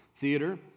Theater